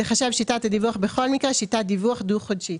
תיחשב שיטת הדיווח בכל מקרה שיטת דיווח דו-חודשית,